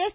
S